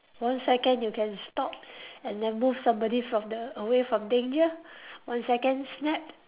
one second you can stop and then move somebody from the away from danger one second snap